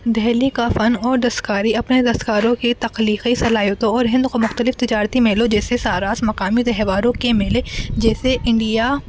دہلی کا فن اور دستکاری اپنے دستکاروں کی تخلیقی صلاحیتوں اور ہند و مختلف تجارتی میلوں جیسے ساراس مقامی تہواروں کے میلے جیسے انڈیا